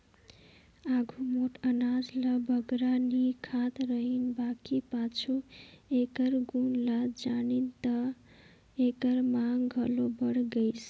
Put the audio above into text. आघु मोट अनाज ल बगरा नी खात रहिन बकि पाछू एकर गुन ल जानिन ता एकर मांग घलो बढ़त गइस